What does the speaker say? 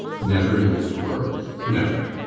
never in this world never.